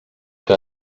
que